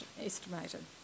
estimated